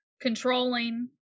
Controlling